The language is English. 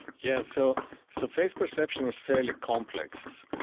yeah so so face perception is fairly complex,